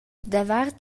davart